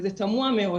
וזה תמוהה מאוד.